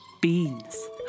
beans